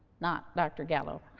not dr. gallo.